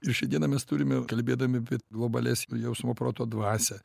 ir šiandieną mes turime kalbėdami apie globalesnio jausmo proto dvasią